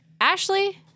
Ashley